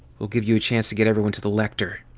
we'll give you a chance to get everyone to the lector.